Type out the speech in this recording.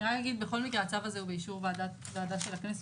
הצו הזה הוא באישור ועדה של הכנסת,